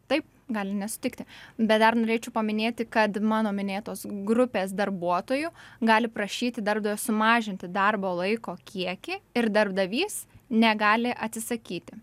taip gali nesutikti bet dar norėčiau paminėti kad mano minėtos grupės darbuotojų gali prašyti darbdavio sumažinti darbo laiko kiekį ir darbdavys negali atsisakyti